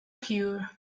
cure